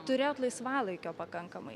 turėjot laisvalaikio pakankamai